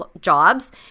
jobs